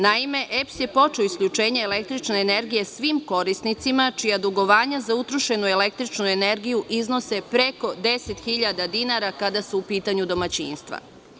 Naime, EPS je počeo isključenje električne energije svim korisnicima čija dugovanja za utrošenu električnu energiju iznose preko 10.000 dinara kada su u pitanju domaćinstva.